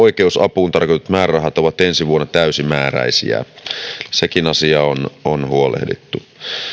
oikeus apuun tarkoitetut määrärahat ovat ensi vuonna täysimääräisiä sekin asia on on huolehdittu